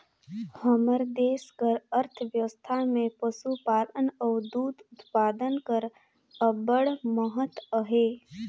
हमर देस कर अर्थबेवस्था में पसुपालन अउ दूद उत्पादन कर अब्बड़ महत अहे